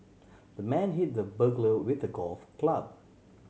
the man hit the burglar with a golf club